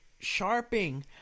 Sharping